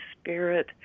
spirit